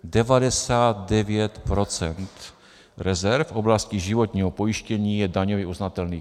Devadesát devět procent rezerv v oblasti životního pojištění je daňově uznatelných.